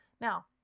Now